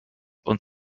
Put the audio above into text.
und